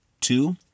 two